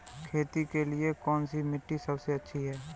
खेती के लिए कौन सी मिट्टी सबसे अच्छी है?